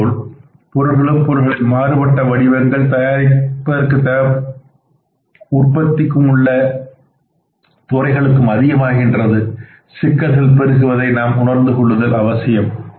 அதுபோல பொருட்களும் பொருட்களின் மாறுபட்ட வடிவங்கள் தயாரிப்பதற்கு உற்பத்தி உள்ள துறைகளும் அதிகமாகின்றது சிக்கல்கள் பெருகுவதை நாம் உணர்ந்து கொள்ளுதல் வேண்டும்